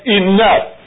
enough